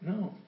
No